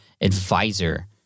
advisor